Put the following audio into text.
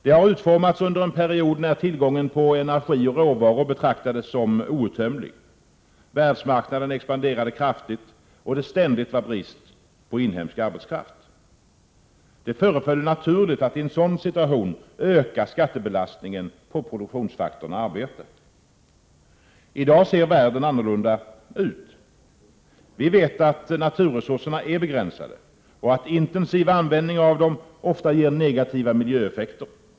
Det utformades under en period när tillgången på energi och råvaror betraktades som outtömlig, världsmarknaden expanderade kraftigt och det ständigt var brist på inhemsk arbetskraft. Det föreföll naturligt att i en sådan situation öka skattebelastningen på produktionsfaktorn arbete. I dag ser världen annorlunda ut. Vi vet att naturresurserna är begränsade och att intensiv användning av dem ofta ger negativa miljöeffekter.